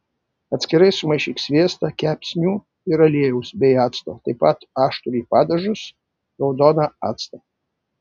atskirai sumaišyk sviestą kepsnių ir aliejaus bei acto taip pat aštrųjį padažus raudoną actą